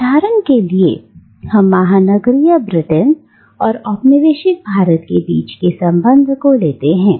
उदाहरण के लिए हम महानगरीय ब्रिटेन और औपनिवेशिक भारत के बीच के संबंध को लेते हैं